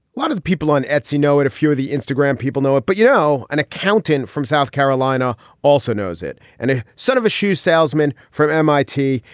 lot of people on etsy know it, a few of the instagram people know it, but, you know, an accountant from south carolina also knows it. and a son of a shoe salesman from m i t.